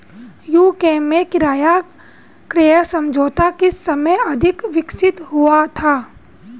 UK में किराया क्रय समझौता किस समय अधिक विकसित हुआ था?